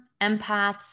empaths